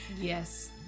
Yes